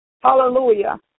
Hallelujah